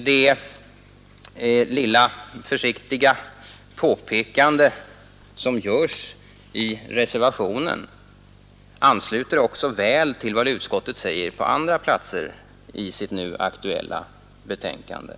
Det lilla försiktiga påpekande som görs i reservationen ansluter också väl till vad utskottet säger på andra ställen i sitt nu aktuella betänkande.